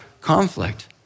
conflict